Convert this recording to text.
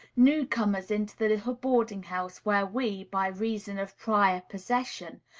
new-comers into the little boarding-house where we, by reason of prior possession,